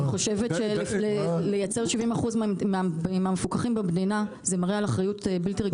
אני חושבת שלייצר 70% מהמפוקחים במדינה זה מראה על אחריות בלתי רגילה.